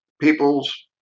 People's